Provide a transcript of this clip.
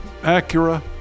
Acura